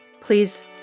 please